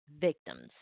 victims